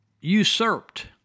usurped